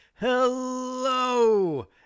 Hello